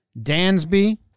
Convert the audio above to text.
Dansby